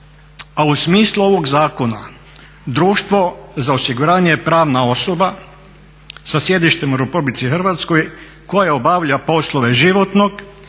A u smislu ovog zakona društvo za osiguranje je pravna osoba sa sjedištem u Republici Hrvatskoj koja obavlja poslove životnog